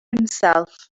himself